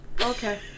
Okay